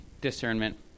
discernment